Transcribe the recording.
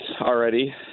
already